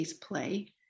play